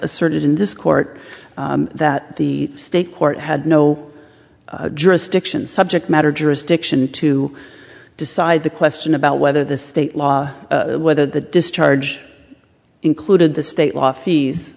asserted in this court that the state court had no jurisdiction subject matter jurisdiction to decide the question about whether the state law whether the discharge included the state law fees